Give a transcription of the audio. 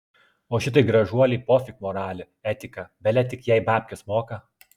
o šitai gražuolei pofik moralė etika bele tik jai babkes moka